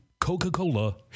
Coca-Cola